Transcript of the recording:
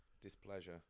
displeasure